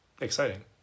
exciting